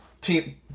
team